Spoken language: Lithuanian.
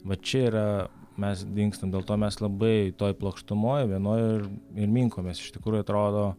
va čia yra mes dingstam dėl to mes labai toj plokštumoj vienoj ir ir minkomės iš tikrųjų atrodo